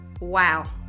Wow